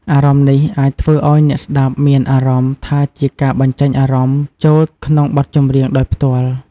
អារម្មណ៍នេះអាចធ្វើឲ្យអ្នកស្តាប់មានអារម្មណ៍ថាជាការបញ្ចេញអារម្មណ៍ចូលក្នុងបទចម្រៀងដោយផ្ទាល់។